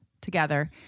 together